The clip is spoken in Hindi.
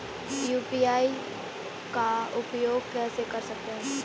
यू.पी.आई का उपयोग कैसे कर सकते हैं?